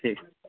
ठीक